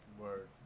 Word